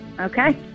Okay